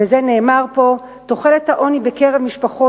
זה נאמר פה: תחולת העוני בקרב משפחות